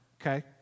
Okay